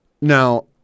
Now